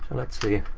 let's see.